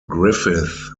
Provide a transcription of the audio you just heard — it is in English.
griffith